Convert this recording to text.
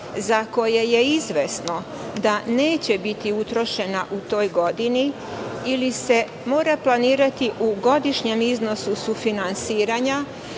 za koje je izvesno da neće biti utrošena u toj godini, ili se mora planirati u godišnjem iznosu sufinansiranja,